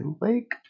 lake